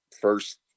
first